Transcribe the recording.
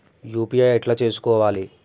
UPI ఎట్లా చేసుకోవాలి?